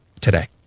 today